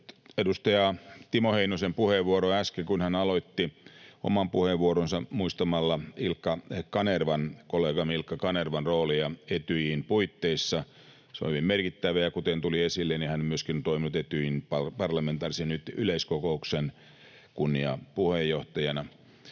edustaja Timo Heinosen puheenvuoroa äsken, kun hän aloitti oman puheenvuoronsa muistamalla kollegamme Ilkka Kanervan roolia Etyjin puitteissa. Se on hyvin merkittävä, ja kuten tuli esille, hän myöskin on toiminut Etyjin parlamentaarisen yleiskokouksen kunniapuheenjohtajana.